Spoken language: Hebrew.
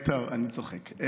לא, אני צוחק.